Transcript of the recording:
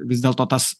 vis dėlto tas